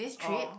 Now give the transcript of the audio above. oh